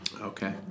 Okay